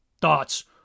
thoughts